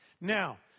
Now